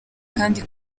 kandi